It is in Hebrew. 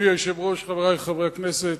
אדוני היושב-ראש, חברי חברי הכנסת,